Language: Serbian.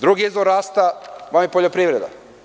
Drugi izvor rasta vam je poljoprivreda.